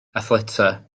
athletau